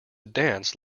dance